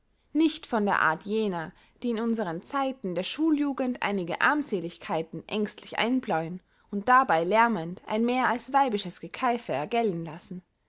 nicht von der art jener die in unsern zeiten der schuljugend einige armselichkeiten ängstlich einbläuen und dabey lärmend ein mehr als weibisches gekeif ergellen lassen